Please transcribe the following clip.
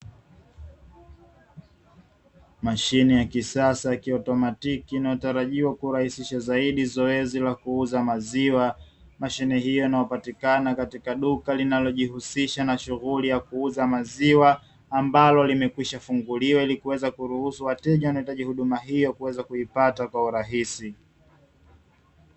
Mashine ya kisasa ya kiautomatiki inayotarajia kurahisha zaidi zoezi la kuuza maziwa, mashine hiyo inayopatikana katika duka linalojihusisha na shughuli ya kuuza maziwa; ambalo limekwishafunguliwa ili kuweza kuruhusu wateja waohitaji huduma hiyo kuweza kuipata kwa urahisi.